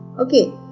okay